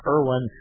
Irwin